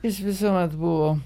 jis visuomet buvo